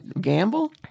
gamble